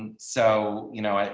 um so, you know,